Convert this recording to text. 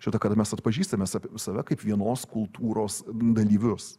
čia ta kada mes atpažįstame sav save kaip vienos kultūros dalyvius